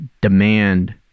demand